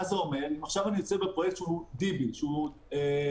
זה אומר שאם עכשיו אני נמצא בפרויקט DB שהוא תכנון-ביצוע,